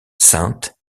saintes